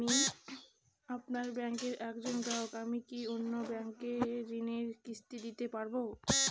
আমি আপনার ব্যাঙ্কের একজন গ্রাহক আমি কি অন্য ব্যাঙ্কে ঋণের কিস্তি দিতে পারবো?